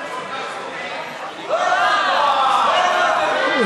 בשירות הציבורי (תיקוני חקיקה),